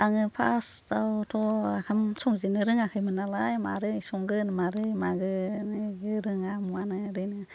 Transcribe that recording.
आङो फार्स्तावथ' ओंखाम संजेन्नो रोङाखैमोन नालाय माबोरै संगोन माबोरै मागोन रोङा मानो रोङा